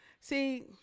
See